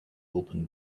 open